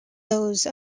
those